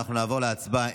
אנחנו נעבור להצבעה.